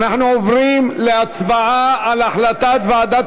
אנחנו עוברים להצבעה על החלטת ועדת